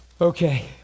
Okay